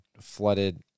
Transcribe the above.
flooded